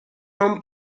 non